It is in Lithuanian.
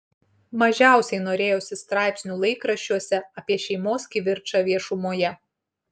mažiausiai norėjosi straipsnių laikraščiuose apie šeimos kivirčą viešumoje